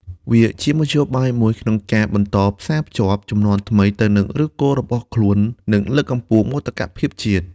វាជាមធ្យោបាយមួយក្នុងការបន្តផ្សារភ្ជាប់ជំនាន់ថ្មីទៅនឹងឫសគល់របស់ខ្លួន និងលើកកម្ពស់មោទកភាពជាតិ។